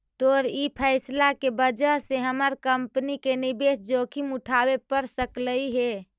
तोर ई फैसला के वजह से हमर कंपनी के निवेश जोखिम उठाबे पड़ सकलई हे